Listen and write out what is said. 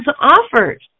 offered